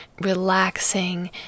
relaxing